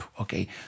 okay